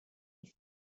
ist